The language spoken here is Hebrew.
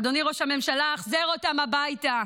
אדוני ראש הממשלה, החזר אותם הביתה.